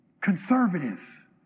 conservative